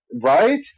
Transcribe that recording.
Right